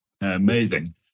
Amazing